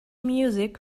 music